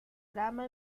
drama